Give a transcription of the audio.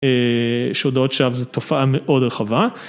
שהודעות שם זה תופעה מאוד רחבה.